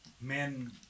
Men